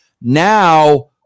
Now